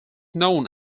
known